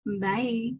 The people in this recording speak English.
Bye